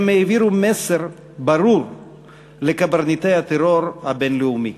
הן העבירו מסר ברור לקברניטי הטרור הבין-לאומי.